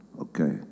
okay